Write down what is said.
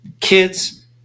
Kids